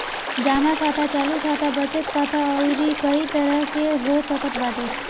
जमा खाता चालू खाता, बचत खाता अउरी कई तरही के हो सकत बाटे